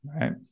right